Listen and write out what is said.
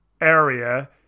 area